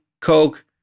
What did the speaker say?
Coke